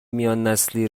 میاننسلی